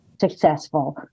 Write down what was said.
successful